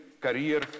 career